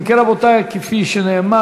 אם כן, רבותי, כפי שנאמר,